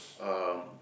um